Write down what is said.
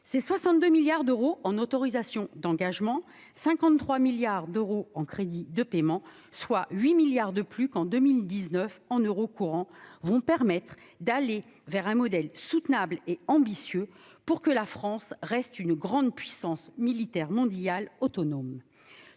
Ces 62 milliards d'euros en autorisations d'engagement et 53,1 milliards d'euros en crédits de paiement, soit 8 milliards de plus qu'en 2019 en euros courants, permettront d'aller vers un modèle soutenable et ambitieux pour que la France reste une grande puissance militaire mondiale autonome.